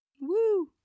Woo